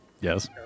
Yes